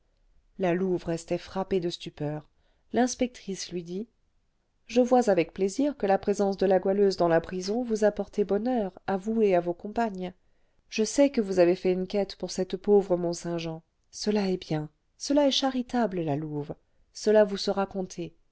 la louve restait frappée de stupeur l'inspectrice lui dit je vois avec plaisir que la présence de la goualeuse dans la prison vous a porté bonheur à vous et à vos compagnes je sais que vous avez fait une quête pour cette pauvre mont-saint-jean cela est bien cela est charitable la louve cela vous sera compté